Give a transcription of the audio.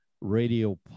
radio